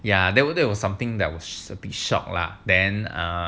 ya there were there was something that was a bit shock lah then